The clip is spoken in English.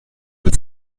and